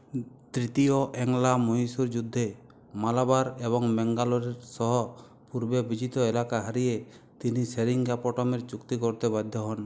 তৃতীয় অ্যাংলো মহীশূর যুদ্ধে মালাবার এবং ম্যাঙ্গালোর সহ পূর্বে বিজিত এলাকা হারিয়ে তিনি সেরিঙ্গাপটমের চুক্তি করতে বাধ্য হন